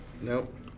Nope